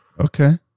Okay